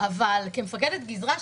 כמפקדת גזרה,